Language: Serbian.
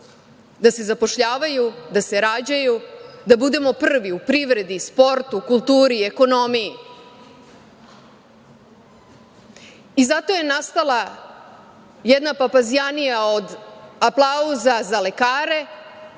da se zapošljavaju, da se rađaju, da budemo prvi u privredi, sportu, kulturi, ekonomiji i zato je nastala jedna papazjanija od aplauza za lekare,